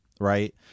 Right